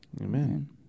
Amen